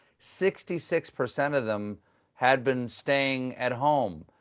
sixty six percent of them had been staying at home.